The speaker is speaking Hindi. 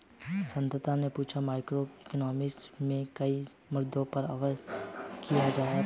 संध्या ने पूछा कि मैक्रोइकॉनॉमिक्स में किन मुद्दों पर अध्ययन किया जाता है